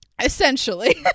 Essentially